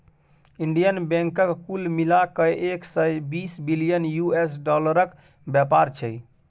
Indian बैंकक कुल मिला कए एक सय बीस बिलियन यु.एस डालरक बेपार छै